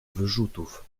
wyrzutów